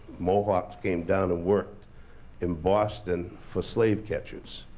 mohawks came down and worked in boston for slave catchers.